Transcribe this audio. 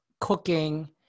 cooking